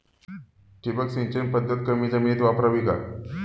ठिबक सिंचन पद्धत कमी जमिनीत वापरावी का?